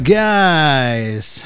guys